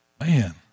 Man